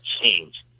change